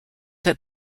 that